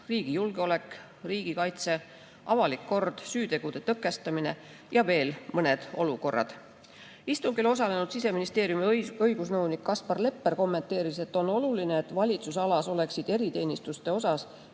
riigi julgeolek, riigikaitse, avalik kord, süütegude tõkestamine ja veel mõned olukorrad. Istungil osalenud Siseministeeriumi õigusnõunik Kaspar Lepper kommenteeris, et on oluline, et valitsusalas oleksid eriteenistustele